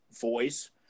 voice